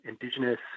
Indigenous